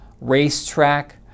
Racetrack